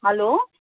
hello